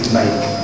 make